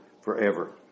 forever